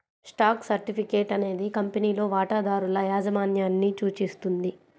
stock certificate అనేది కంపెనీలో వాటాదారుల యాజమాన్యాన్ని సూచిస్తుంది